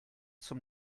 zum